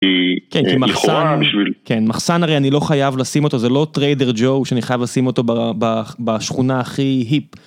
מחסן הרי אני לא חייב לשים אותו זה לא טריידר ג'ו שאני חייב לשים אותו בשכונה הכי היפ.